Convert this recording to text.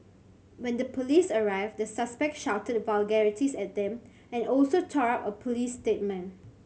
when the police arrived the suspect shouted vulgarities at them and also tore up a police statement